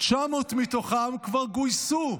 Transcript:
900 מתוכם כבר גויסו,